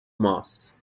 mass